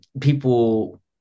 people